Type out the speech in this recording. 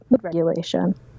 regulation